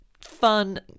fun